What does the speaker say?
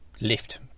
lift